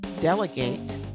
delegate